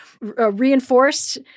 reinforced